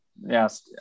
Yes